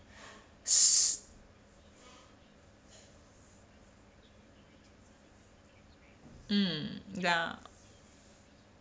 s~ mm ya